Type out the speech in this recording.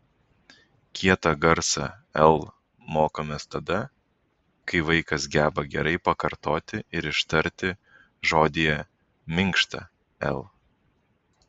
kietą garsą l mokomės tada kai vaikas geba gerai pakartoti ir ištarti žodyje minkštą l